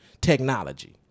technology